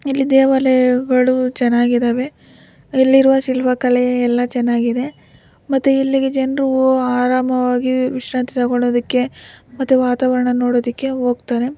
ಇಲ್ಲಿ ದೇವಾಲಯಗಳು ಚೆನ್ನಾಗಿದ್ದಾವೆ ಇಲ್ಲಿರುವ ಶಿಲ್ಪಕಲೆ ಎಲ್ಲ ಚೆನ್ನಾಗಿದೆ ಮತ್ತು ಇಲ್ಲಿಗೆ ಜನರು ಆರಾಮವಾಗಿ ವಿಶ್ರಾಂತಿ ತಗೋಳೋದಕ್ಕೆ ಮತ್ತು ವಾತಾವರಣ ನೋಡೋದಕ್ಕೆ ಹೋಗ್ತಾರೆ